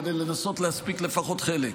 כדי לנסות להספיק לפחות חלק.